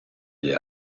gli